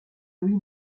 louis